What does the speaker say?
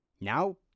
Now